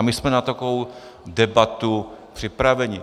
My jsme na takovou debatu připraveni.